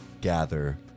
gather